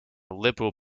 liberal